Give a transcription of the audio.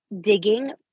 digging